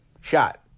shot